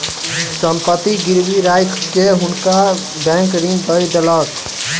संपत्ति गिरवी राइख के हुनका बैंक ऋण दय देलक